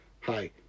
hi